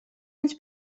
ens